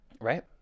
Right